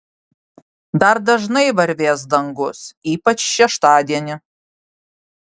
dar dažnai varvės dangus ypač šeštadienį